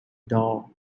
doll